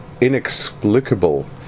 inexplicable